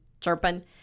chirping